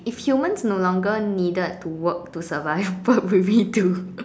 if humans no longer needed to work to survive what would we do